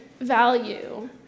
value